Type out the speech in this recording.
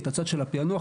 את הצד של הפענוח.